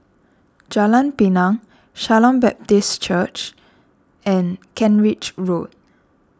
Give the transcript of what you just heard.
Jalan Pinang Shalom Baptist Chapel and Kent Ridge Road